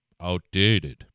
outdated